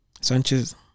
Sanchez